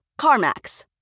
CarMax